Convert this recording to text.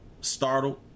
startled